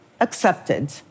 accepted